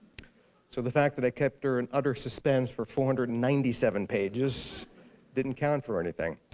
so the fact that i kept her in utter suspense for four hundred and ninety seven pages didn't count for anything.